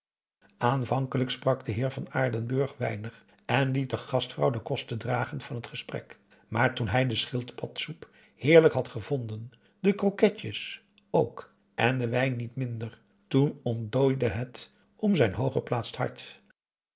aanvankelijk sprak de heer van aardenburg weinig en liet de gastvrouw de kosten dragen van het gesprek maar toen hij de schildpadsoep heerlijk had gevonden de croquetjes ook en den wijn niet minder toen ontdooide het om zijn hooggeplaatst hart